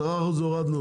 10% הורדנו